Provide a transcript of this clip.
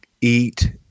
eat